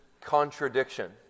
Contradiction